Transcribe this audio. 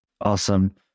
Awesome